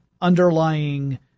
underlying